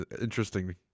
interesting